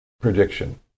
prediction